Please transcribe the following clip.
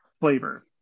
flavor